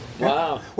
Wow